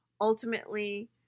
Ultimately